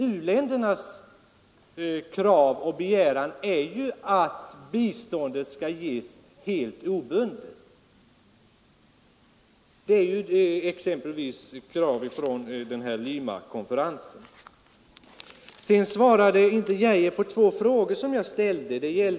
U-ländernas begäran är att biståndet skall ges helt obundet. Det var exempelvis ett krav från Limakonferensen. Herr Arne Geijer svarade inte på två frågor som jag ställde.